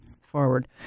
forward